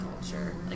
culture